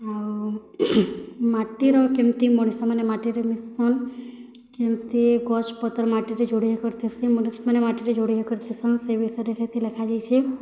ଆଉ ମାଟିର କେମିତି ମଣିଷମାନେ ମାଟିରେ ମିଶିଛନ୍ କେମ୍ତି ଗଛ୍ ପତର୍ ମାଟିରେ ଯୋଡ଼ି ହେଇକରି ଥିସି ମଣିଷ୍ ମାନେ ମାଟିର୍ ଯୋଡ଼ି ହେଇକରି ଥିସନ୍ ସେ ବିଷୟରେ ସେଥି ଲେଖାଯାଇଛି